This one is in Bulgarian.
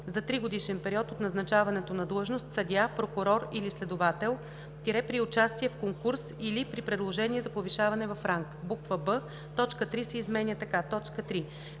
за тригодишен период от назначаването на длъжност съдия, прокурор или следовател – при участие в конкурс или при предложение за повишаване в ранг;“. б) точка 3 се изменя така: „3.